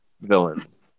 villains